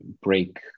break